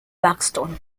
buxton